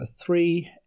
three